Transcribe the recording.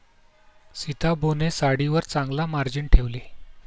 सीताबोने साडीवर चांगला मार्जिन ठेवले